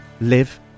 live